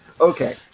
Okay